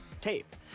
tape